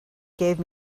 gave